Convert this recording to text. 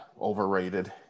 overrated